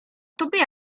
tobie